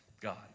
God